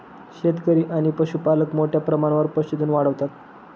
शेतकरी आणि पशुपालक मोठ्या प्रमाणावर पशुधन वाढवतात